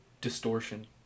distortion